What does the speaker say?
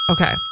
Okay